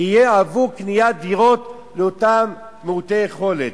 יהיה עבור קניית דירות לאותם מעוטי יכולת.